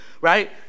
right